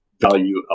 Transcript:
value